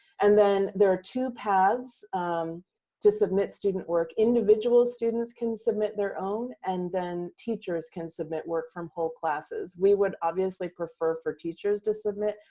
and then there are two paths to submit student work. individual students can submit their own, and then teachers can submit work from whole classes. we would obviously prefer for teachers to submit,